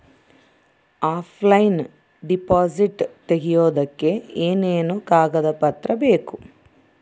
Offline deposit ತೆಗಿಯೋದಕ್ಕೆ ಏನೇನು ಕಾಗದ ಪತ್ರ ಬೇಕು?